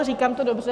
Říkám to dobře?